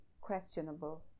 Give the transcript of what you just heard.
questionable